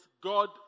God